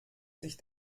sich